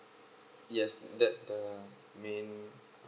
yes that's the main